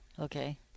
Okay